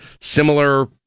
similar